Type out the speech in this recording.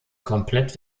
komplett